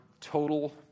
total